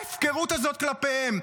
ההפקרות הזאת כלפיהם,